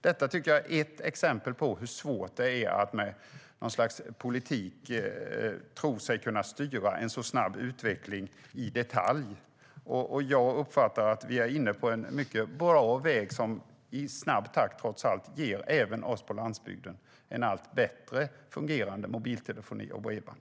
Detta är ett exempel på hur svårt det är att genom politik tro sig kunna styra en så snabb utveckling i detalj. Jag uppfattar det så att vi är inne på en mycket bra väg som trots allt ger även oss på landsbygden allt bättre fungerande mobiltelefoni och bredband.